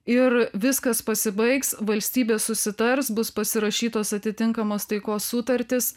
ir viskas pasibaigs valstybės susitars bus pasirašytos atitinkamos taikos sutartys